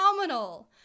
phenomenal